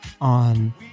on